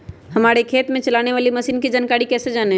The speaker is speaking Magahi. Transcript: हमारे खेत में चलाने वाली मशीन की जानकारी कैसे जाने?